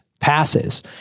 passes